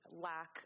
lack